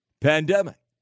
pandemic